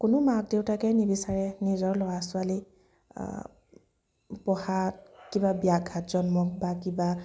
কোনো মাক দেউতাকে নিবিচাৰে নিজৰ ল'ৰা ছোৱালীৰ পঢ়াত কিবা ব্যাঘাত জন্মক বা কিবা